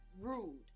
rude